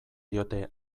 diote